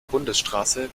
bundesstraße